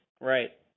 Right